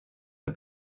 der